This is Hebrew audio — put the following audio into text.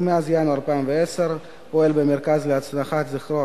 ומאז ינואר 2010 פועל במרכז להנצחת זכרו